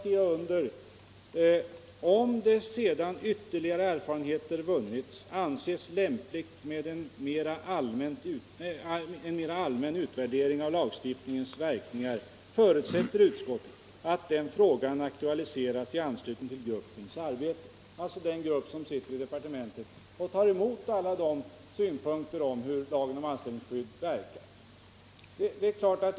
Där hette det: ”Om det, sedan ytterligare erfarenheter vunnits, anses lämpligt med en mera allmän utvärdering av lagstiftningens verkningar förutsätter utskottet att den frågan aktualiseras i anslutning till gruppens arbete” — alltså den grupp som sitter i departementet och tar emot alla synpunkter om hur lagen om anställningsskydd verkar.